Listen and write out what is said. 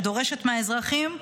שדורשת מהאזרחים: